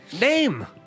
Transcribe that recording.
name